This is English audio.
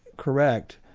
correct,